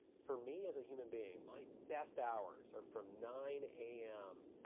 for me as a human being my best hours are from nine a m.